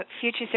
Future